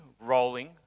rolling